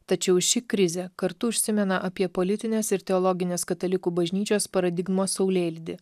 tačiau ši krizė kartu užsimena apie politinės ir teologinės katalikų bažnyčios paradigmos saulėlydį